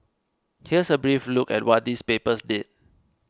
here's a brief look at what these papers did